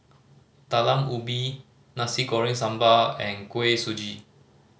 Talam Ubi Nasi Goreng Sambal and Kuih Suji